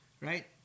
Right